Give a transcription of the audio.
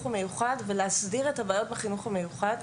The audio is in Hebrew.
המיוחד ולהסדיר את הבעיות בחינוך המיוחד.